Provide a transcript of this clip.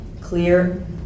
clear